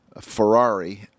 Ferrari